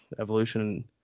evolution